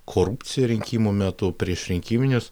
korupciją rinkimų metu priešrinkiminius